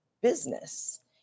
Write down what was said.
business